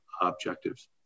objectives